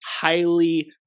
highly